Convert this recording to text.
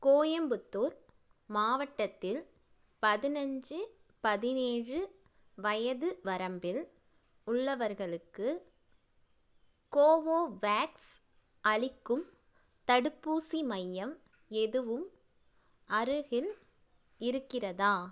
கோயம்புத்தூர் மாவட்டத்தில் பதினஞ்சு பதினேழு வயது வரம்பில் உள்ளவர்களுக்கு கோவோவேக்ஸ் அளிக்கும் தடுப்பூசி மையம் எதுவும் அருகில் இருக்கிறதா